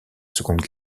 seconde